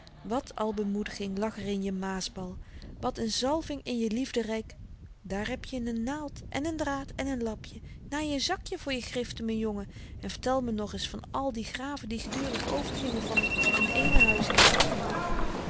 wat al bemoediging lag er in je maasbal wat n zalving in je liefderyk daar heb je n n naald en n draad en n lapje naai n zakje voor je griften m'n jongen en vertel me nogeens van al die graven die gedurig overgingen van n eene huis in t ander